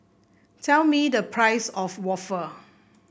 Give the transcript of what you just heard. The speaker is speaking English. tell me the price of waffle